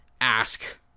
ask